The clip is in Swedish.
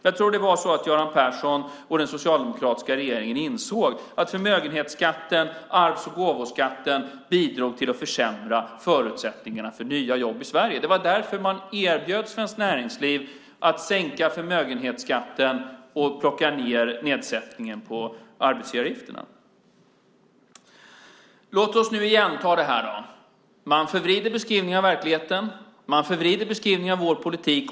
Jag tror att Göran Persson och den socialdemokratiska regeringen insåg att förmögenhetsskatten, arvs och gåvoskatten bidrog till att försämra förutsättningarna för nya jobb i Sverige. Det var därför man erbjöd Svenskt Näringsliv att man skulle sänka förmögenhetsskatten och plocka ned nedsättningen av arbetsgivaravgifterna. Låt oss ta det här igen! Man förvrider beskrivningen av verkligheten. Man förvrider beskrivningen av vår politik.